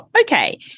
Okay